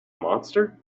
monster